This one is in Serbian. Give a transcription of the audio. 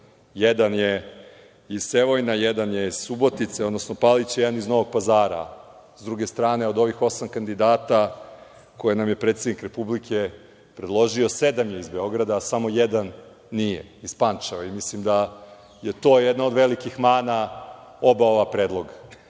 jedan je iz Sevojna, jedan je iz Subotice, odnosno Palića, i jedan iz Novog Pazara. S druge strane, od ovih osam kandidata koje nam je predsednik Republike predložio, sedam je iz Beograda, a samo jedan nije, iz Pančeva je. Mislim da je to jedna od velikih mana oba ova predloga